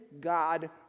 God